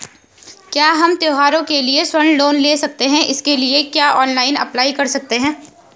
क्या हम त्यौहारों के लिए स्वर्ण लोन ले सकते हैं इसके लिए क्या ऑनलाइन अप्लाई कर सकते हैं?